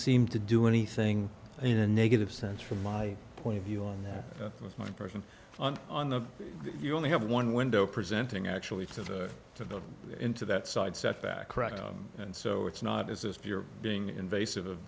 seem to do anything in a negative sense from my point of view on my person on on the you only have one window presenting actually to the to the into that side step back correct and so it's not as if you're being invasive of